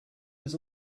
was